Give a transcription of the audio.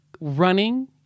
running